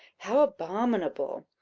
how abominable!